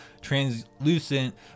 translucent